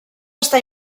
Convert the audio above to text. està